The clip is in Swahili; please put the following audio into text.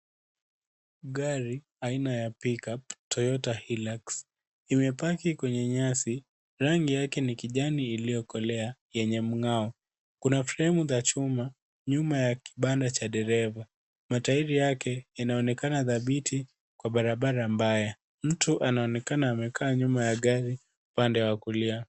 Gari aina ya pick-up Toyota Hilux imepaki kwenye nyasi. Rangi yake ni kijani iliyokolea yenye mng'ao. Kuna fremu za chuma nyuma ya kibanda cha dereva. Matairi yake yanaonekana dhabiti kwa barabara mbaya. Mtu anaonekana amekaa nyuma ya gari upande wa kulia.